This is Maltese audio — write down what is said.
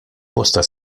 bosta